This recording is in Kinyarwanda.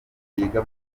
biga